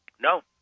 no